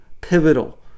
pivotal